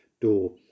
door